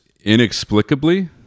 Inexplicably